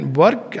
work